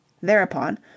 THEREUPON